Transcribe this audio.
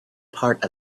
part